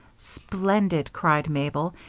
splendid! cried mabel.